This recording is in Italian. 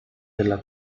della